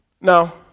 now